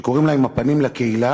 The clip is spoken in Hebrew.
שקוראים לה "עם הפנים לקהילה",